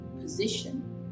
position